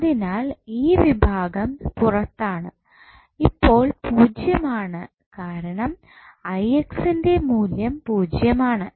അതിനാൽ ഈ വിഭാഗം പുറത്താണ് ഇപ്പോൾ പൂജ്യമാണ് കാരണം ന്റെ മൂല്യം പൂജ്യം ആണ്